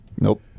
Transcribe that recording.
Nope